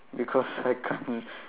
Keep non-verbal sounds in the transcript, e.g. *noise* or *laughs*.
because I can't *laughs*